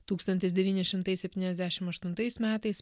tūkstantis devyni šimtai septyniasdešimt aštuntais metais